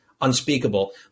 unspeakable